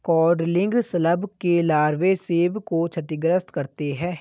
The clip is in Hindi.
कॉडलिंग शलभ के लार्वे सेब को क्षतिग्रस्त करते है